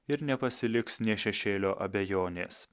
ir nepasiliks nė šešėlio abejonės